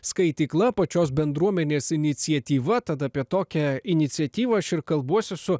skaitykla pačios bendruomenės iniciatyva tad apie tokią iniciatyvą aš ir kalbuosi su